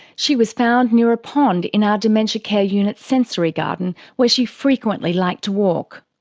she was found near a pond in our dementia care unit's sensory garden, where she frequently liked to walk.